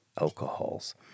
alcohols